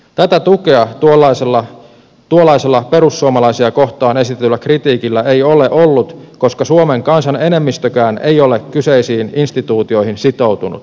tätä tukea tuollaisella perussuomalaisia kohtaan esitetyllä kritiikillä ei ole ollut koska suomen kansan enemmistökään ei ole kyseisiin instituutioihin sitoutunut